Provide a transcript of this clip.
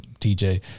tj